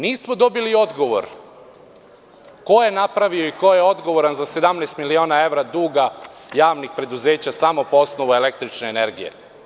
Nismo dobili odgovor ko je napravio i ko je odgovoran za 17 miliona evra duga javnih preduzeća, samo po osnovu električne energije.